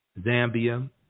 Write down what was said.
Zambia